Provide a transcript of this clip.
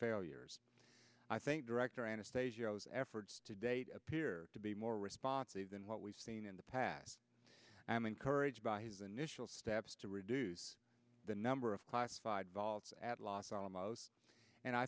failures i think director anastasia owes efforts to date appear to be more responsive than what we've seen in the past i am encouraged by his initial steps to reduce the number of classified vols at los alamos and i